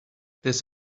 this